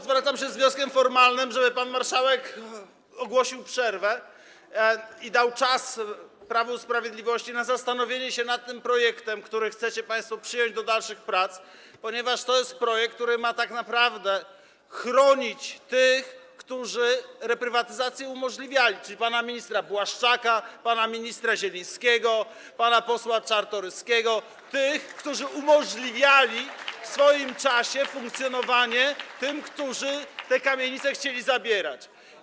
Zwracam się z wnioskiem formalnym, żeby pan marszałek ogłosił przerwę i dał czas Prawu i Sprawiedliwości na zastanowienie się nad tym projektem, który chcecie państwo przyjąć do dalszych prac, ponieważ to jest projekt, który ma tak naprawdę chronić tych, którzy reprywatyzację umożliwiali, czyli pana ministra Błaszczaka, pana ministra Zielińskiego, pana posła Czartoryskiego, tych, którzy umożliwiali w swoim czasie funkcjonowanie tym, którzy te kamienice chcieli zabierać.